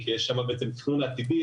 כי יש שם תכנון עתידי.